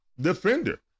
defender